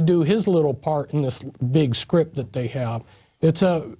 to do his little part in this big script that they have it's a